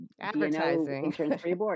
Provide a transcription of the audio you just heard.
advertising